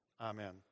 Amen